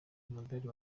umudari